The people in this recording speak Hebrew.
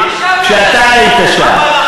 כשאתה היית שם.